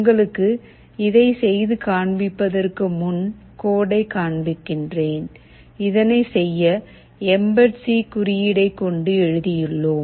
உங்களுக்கு இதை செய்து காண்பிப்பதற்கு முன் கோடை காண்பிக்கிறேன் இதனை செய்ய எம்பெட் சி குறியீடை கொண்டு எழுதியுள்ளோம்